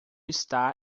está